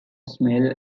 smell